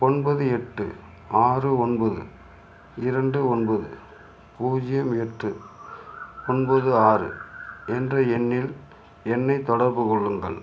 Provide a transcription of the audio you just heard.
ஒன்பது எட்டு ஆறு ஒன்பது இரண்டு ஒன்பது பூஜ்யம் எட்டு ஒன்பது ஆறு என்ற எண்ணில் என்னைத் தொடர்பு கொள்ளுங்கள்